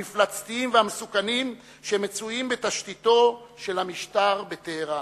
המפלצתיים והמסוכנים שמצויים בתשתיתו של המשטר בטהרן,